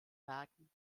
werken